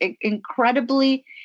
incredibly